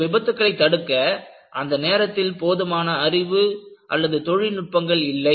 இந்த விபத்துக்களைத் தடுக்க அந்த நேரத்தில் போதுமான அறிவு தொழில்நுட்பங்கள் இல்லை